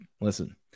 listen